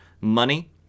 money